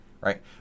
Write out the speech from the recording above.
right